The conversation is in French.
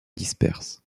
disperse